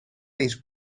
eens